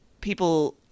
people